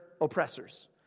oppressors